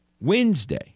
Wednesday